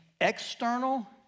external